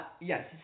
Yes